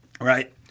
right